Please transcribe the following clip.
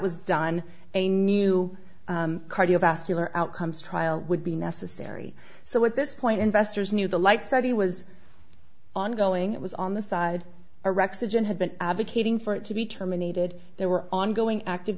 was done a new cardiovascular outcomes trial would be necessary so at this point investors knew the light study was ongoing it was on the side or rex a gent had been advocating for it to be terminated there were ongoing active